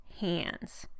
hands